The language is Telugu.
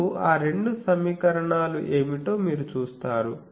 ఇప్పుడు ఆ రెండు సమీకరణాలు ఏమిటో మీరు చూస్తారు